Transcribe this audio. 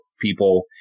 people